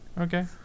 Okay